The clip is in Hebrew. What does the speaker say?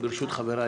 ברשות חבריי,